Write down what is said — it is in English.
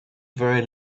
very